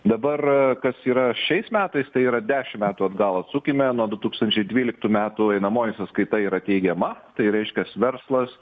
dabar kas yra šiais metais tai yra dešim metų atgal sukime nuo du tūkstančiai dvyliktų metų einamoji sąskaita yra teigiama tai reiškias verslas